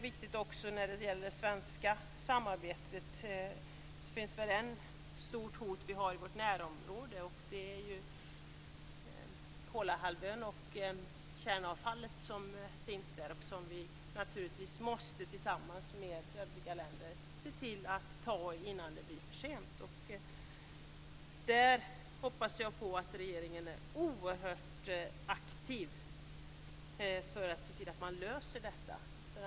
Vad gäller de svenska samarbetsfrågorna vill jag också peka på ett stort hot i vårt närområde, nämligen det kärnavfall som finns på Kolahalvön. Vi måste naturligtvis tillsammans med övriga länder ta upp den frågan innan det blir för sent. Jag hoppas att regeringen är oerhört aktiv för att lösa detta problem.